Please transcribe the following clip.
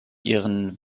ihren